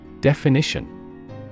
Definition